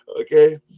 Okay